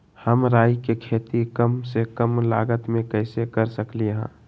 हम राई के खेती कम से कम लागत में कैसे कर सकली ह?